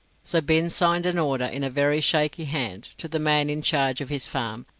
so binns signed an order, in a very shaky hand, to the man in charge of his farm,